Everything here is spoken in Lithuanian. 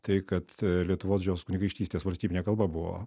tai kad lietuvos didžiosios kunigaikštystės valstybinė kalba buvo